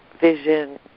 vision